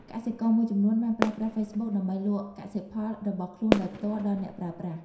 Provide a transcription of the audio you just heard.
កសិករមួយចំនួនបានប្រើប្រាស់ហ្វេសប៊ុកដើម្បីលក់កសិផលរបស់ខ្លួនដោយផ្ទាល់ដល់អ្នកប្រើប្រាស់។